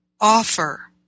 offer